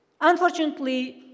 Unfortunately